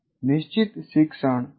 નિશ્ચિત શિક્ષણ ધ્યેય શું છે